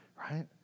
right